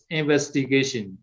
investigation